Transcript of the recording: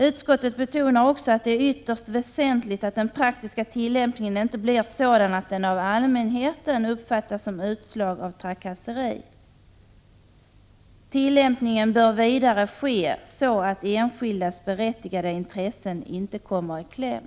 Utskottet betonar också att det är ytterst väsentligt att den praktiska tillämpningen inte blir sådan att den av allmänheten uppfattas som utslag av trakasseri. Tillämpningen bör vidare ske så att enskildas berättigade intressen inte kommer i kläm.